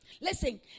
Listen